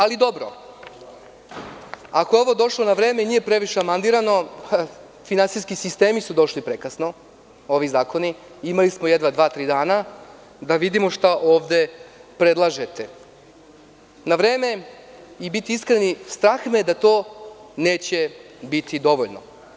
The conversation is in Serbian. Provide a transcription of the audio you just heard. Ako je ovo došlo na vreme i nije previše amandirano, finansijski sistemi su došli prekasno, ovi zakoni, imali smo jedva dva, tri dana da vidimo šta ovde predlažete, na vreme i biti iskreni, strah me je da to neće biti dovoljno.